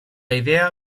idea